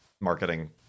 marketing